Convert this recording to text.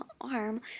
arm